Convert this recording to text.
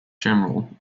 general